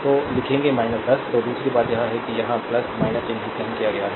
slide time देखें 1810 तो लिखेंगे 10 तो दूसरी बात यह है कि यहाँ चिह्नित नहीं किया गया है